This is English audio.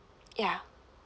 ya